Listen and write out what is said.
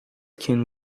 can